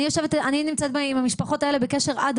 אני נמצאת עם המשפחות האלה בקשר עד